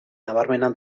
nabarmena